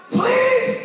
please